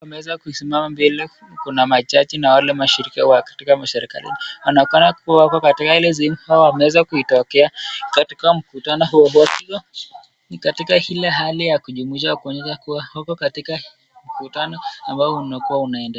Wanaweza kusimama mbele kuna mahaji na wale mashiriki katika serekali wanakaa kuwa wako katika sehemu au wanaweza kutokea katika mkutano ilikuwa , ni katika hile hali ya kujumuisha kuonyesha kuwa wako katika mkutano ambao unakuwa inaendelea.